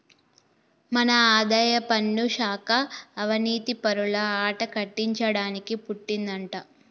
మన ఆదాయపన్ను శాఖ అవనీతిపరుల ఆట కట్టించడానికి పుట్టిందంటా